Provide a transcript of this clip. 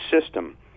system